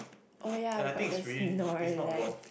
oh ya we got the snorlax